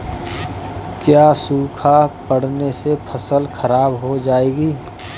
क्या सूखा पड़ने से फसल खराब हो जाएगी?